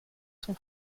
son